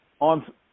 on